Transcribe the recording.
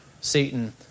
Satan